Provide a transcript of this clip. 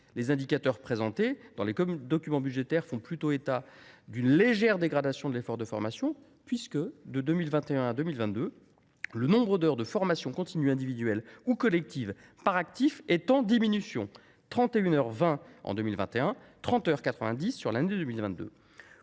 Les indicateurs présentés dans les documents budgétaires font plutôt état d’une légère dégradation de l’effort de formation, puisque, de 2021 à 2022, le nombre d’heures de formation continue individuelle ou collective par actif est en diminution : 31,20 heures en 2021, 30,90 heures sur l’année 2022.